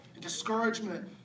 Discouragement